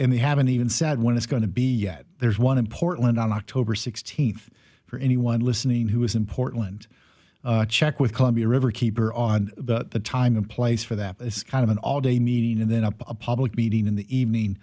and they haven't even said when it's going to be yet there's one in portland on october sixteenth for anyone listening who is in portland check with columbia river keeper on the time and place for that kind of an all day meeting and then up a public meeting in the evening